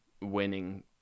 winning